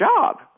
job